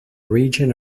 region